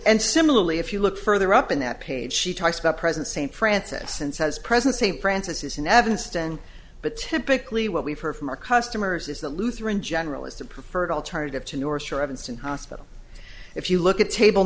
and similarly if you look further up in that page she talks about present st francis and says present st francis is in evanston but typically what we've heard from our customers is that lutheran general is the preferred alternative to north shore evanston hospital if you look at table